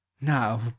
now